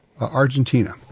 Argentina